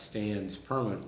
stands permanent